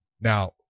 Now